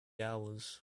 hours